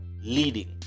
leading